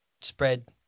spread